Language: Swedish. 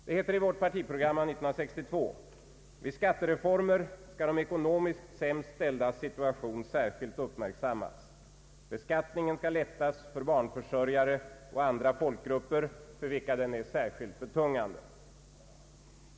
Det heter i vårt partiprogram av 1962: Vid skattereformer skall de ekonomiskt sämst ställdas situation särskilt uppmärksammas. Beskattningen skall lättas för barnförsörjare och andra folkgrupper för vilka den är särskilt betungande.